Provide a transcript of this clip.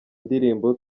ndirimbo